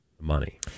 money